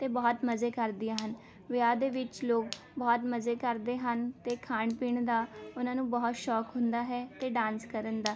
ਅਤੇ ਬਹੁਤ ਮਜ਼ੇ ਕਰਦੀਆਂ ਹਨ ਵਿਆਹ ਦੇ ਵਿੱਚ ਲੋਕ ਬਹੁਤ ਮਜ਼ੇ ਕਰਦੇ ਹਨ ਅਤੇ ਖਾਣ ਪੀਣ ਦਾ ਉਹਨਾਂ ਨੂੰ ਬਹੁਤ ਸ਼ੌਕ ਹੁੰਦਾ ਹੈ ਅਤੇ ਡਾਂਸ ਕਰਨ ਦਾ